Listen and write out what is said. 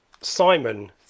Simon